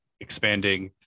expanding